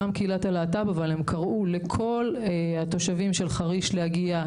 הם קראו לכל התושבים של חריש להגיע,